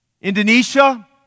Indonesia